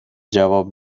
جواب